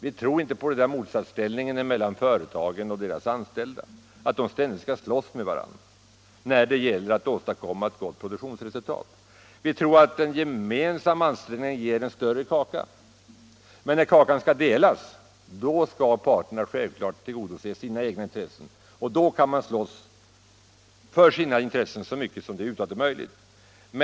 Vi tror inte på motsatsställningen mellan företagen och deras anställda, innebärande att dessa parter ständigt skall slåss med varandra när det gäller att åstadkomma ett gott produktionsresultat. Vi tror att en gemensam ansträngning ger en större kaka. Men när kakan skall delas, skall parterna självfallet tillgodose sina egna intressen. Då kan man slåss för sina intressen så mycket som det över huvud taget är möjligt.